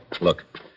Look